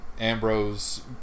Ambrose